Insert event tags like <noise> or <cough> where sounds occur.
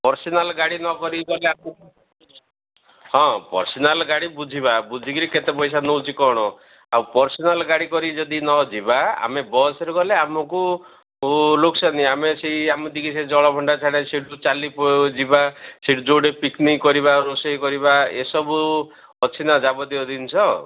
personal ଗାଡ଼ି ନକରିକି ଗଲେ ଆମକୁ ହଁ ପର୍ସନାଲ ଗାଡ଼ି ବୁଝିବା ବୁଝିକିରି କେତେ ପଇସା ନେଉଛି କ'ଣ ଆଉ ପର୍ସନାଲ ଗାଡ଼ି କରିକି ଯଦି ନ ଯିବା ଆମେ ବସରେ ଗଲେ ଆମକୁ <unintelligible> ଆମେ ସେଇ ଆମେ ଟିକିଏ ସେ ଜଳଭଣ୍ଡାର ସାରା ସେଇଠୁ ଚାଲିକି ଯିବା ସେଇଠି ଯେଉଁଠି ପିକନିକ କରିବା ରୋଷେଇ କରିବା ଏସବୁ ଅଛି ନା ଯାବତୀୟ ଜିନିଷ